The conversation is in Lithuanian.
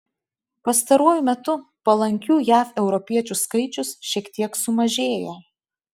pastaruoju metu palankių jav europiečių skaičius šiek tiek sumažėjo